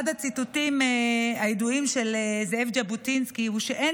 אחד הציטוטים הידועים של זאב ז'בוטינסקי הוא שאין